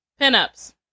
pinups